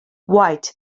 white